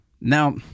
Now